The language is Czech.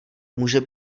může